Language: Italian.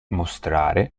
mostrare